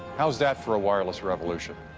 how's that for a wireless revolution?